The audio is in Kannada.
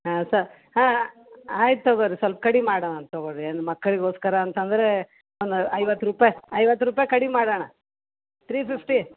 ಹಾಂ ಸ ಹಾಂ ಹಾಂ ಆಯ್ತು ತೊಗೊಳಿ ಸ್ವಲ್ಪ್ ಕಡಿಮೆ ಮಾಡೋಣಂತೆ ತಗೊಳಿ ಏನು ಮಕ್ಕಳಿಗೋಸ್ಕರ ಅಂತಂದರೆ ಒಂದು ಐವತ್ತು ರೂಪಾಯಿ ಐವತ್ತು ರೂಪಾಯಿ ಕಡಿಮೆ ಮಾಡೋಣ ತ್ರೀ ಫಿಫ್ಟಿ